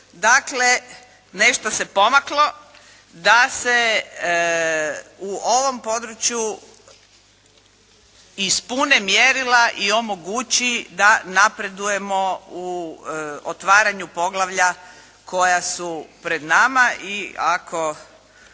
Dakle, nešto se pomaklo da se u ovom području ispune mjerila i omogući da napredujemo u otvaranju poglavlja koja su pred nama i ako